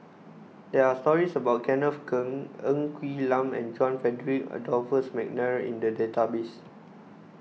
there are stories about Kenneth Keng Ng Quee Lam and John Frederick Adolphus McNair in the database